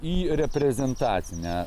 į reprezentacinę